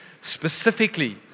specifically